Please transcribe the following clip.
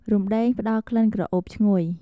រំដេង ផ្តល់ក្លិនក្រអូបឈ្ងុយ។